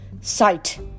Sight